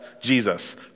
Jesus